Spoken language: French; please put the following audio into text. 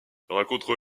rencontre